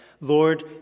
Lord